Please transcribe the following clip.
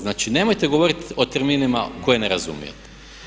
Znači nemojte govoriti o terminima koje ne razumijete.